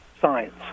science